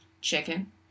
Chicken